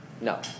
no